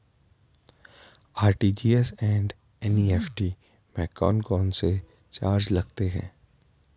RTGS एवं NEFT में कौन कौनसे चार्ज लगते हैं?